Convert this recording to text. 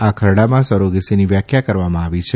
આ ખરડામાં સરોગસીની વ્યાખ્યા કરવામાં આવી છે